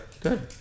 Good